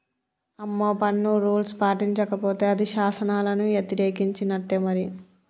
అమ్మో పన్ను రూల్స్ పాటించకపోతే అది శాసనాలను యతిరేకించినట్టే మరి